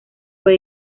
fue